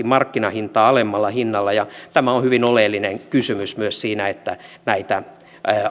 markkinahintaa alemmalla hinnalla tämä on hyvin oleellinen kysymys myös siinä että näitä